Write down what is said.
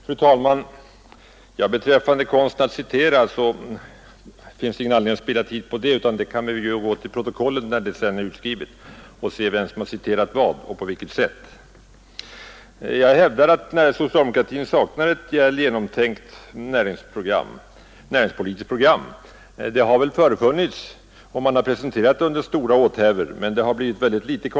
Fru talman! Det finns ingen anledning att spilla tid på att analysera konsten att citera. Vi kan ju gå till protokollet när detta blivit utskrivet och se vem som har citerat vad och på vilket sätt. Jag hävdar att socialdemokratin saknar ett väl genomtänkt näringspolitiskt program. Man har presenterat ett sådant under stora åthävor, men konkret har det givit väldigt litet.